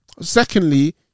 Secondly